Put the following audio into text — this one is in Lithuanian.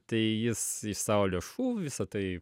tai jis iš savo lėšų visą tai